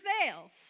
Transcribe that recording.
fails